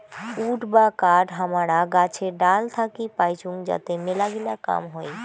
would বা কাঠ হামারা গাছের ডাল থাকি পাইচুঙ যাতে মেলাগিলা কাম হই